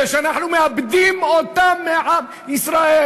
אלה שאנחנו מאבדים מעם ישראל.